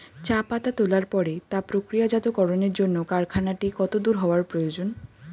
চা পাতা তোলার পরে তা প্রক্রিয়াজাতকরণের জন্য কারখানাটি কত দূর হওয়ার প্রয়োজন?